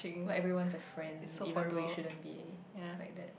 like everyone's a friend even though you shouldn't be like that